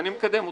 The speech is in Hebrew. אני מקדם אתכם.